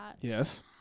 Yes